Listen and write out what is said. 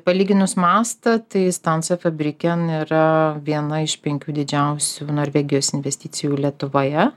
palyginus mastą tai stance fabriken yra viena iš penkių didžiausių norvegijos investicijų lietuvoje